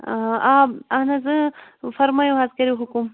آ آ اَہَن حظ فرمٲوِو حظ کٔرِو حُکُم